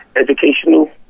Educational